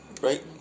Right